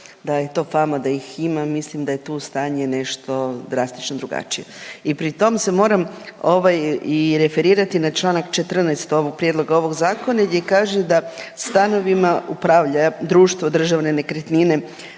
da je to fama da ih ima, mislim da je tu stanje nešto drastično drugačije. I pri tome se moram ovaj i referirati na čl. 14. Prijedloga ovog Zakona, gdje kaže da stanovima upravlja društvo Državne nekretnine